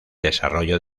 desarrollo